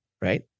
right